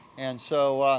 and, so,